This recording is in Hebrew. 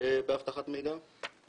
באבטחת מידע.